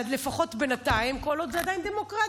לפחות בינתיים, כל עוד זו עדיין דמוקרטיה.